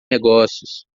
negócios